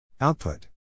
Output